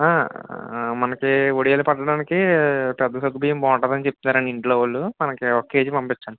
మనకు ఒడియాలు పెట్టడానికి పెద్ద సగ్గుబియ్యం బాగుంటుంది అని చెప్తారండి ఇంట్లో వాళ్ళు మనకు ఒక కేజీ పంపించండి